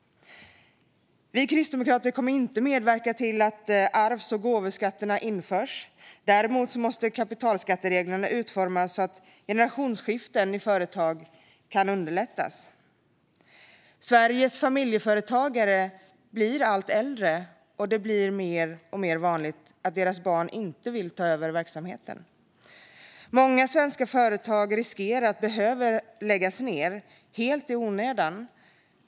Vi kristdemokrater kommer inte att medverka till att arvs och gåvoskatter införs; däremot måste kapitalskattereglerna utformas så att generationsskiften i företagen underlättas. Sveriges familjeföretagare blir allt äldre, och det blir allt vanligare att deras barn inte vill ta över verksamheten. Många svenska företag riskerar att behöva läggas ned helt i onödan.